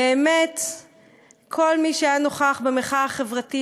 באמת כל מי שנכח במחאה החברתית,